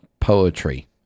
poetry